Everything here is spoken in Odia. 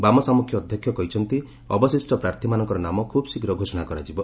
ବାମ ସାଞ୍ଚଖ୍ୟ ଅଧ୍ୟକ୍ଷ କହିଛନ୍ତି ଅବଶିଷ୍ଟ ପ୍ରାର୍ଥୀମାନଙ୍କର ନାମ ଖୁବ୍ଶୀଘ୍ୱ ଘୋଷଣା କରାଯିବ